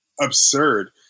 absurd